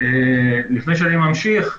לפני שאני ממשיך.